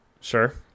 Sure